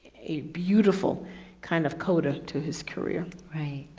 a beautiful kind of coda to his career.